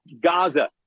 Gaza